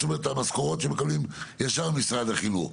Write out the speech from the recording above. זאת אומרת המשכורות שמקבלים ישר ממשרד החינוך,